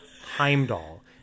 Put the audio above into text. Heimdall